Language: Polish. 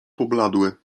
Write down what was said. pobladły